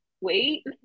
wait